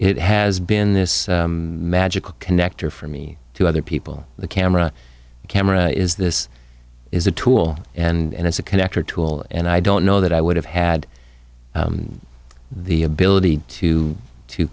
it has been this magical connector for me to other people the camera camera is this is a tool and it's a connector tool and i don't know that i would have had the ability to to